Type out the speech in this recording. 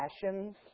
passions